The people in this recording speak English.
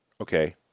Okay